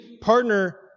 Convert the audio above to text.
partner